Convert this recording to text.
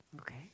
Okay